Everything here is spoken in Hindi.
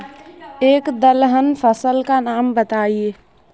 एक दलहन फसल का नाम बताइये